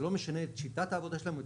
זה לא משנה את שיטת העבודה שלהם או את